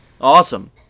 Awesome